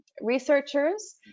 researchers